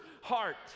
heart